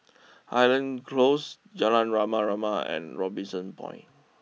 Highland close Jalan Rama Rama and Robinson Point